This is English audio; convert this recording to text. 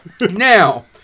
Now